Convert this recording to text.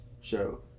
show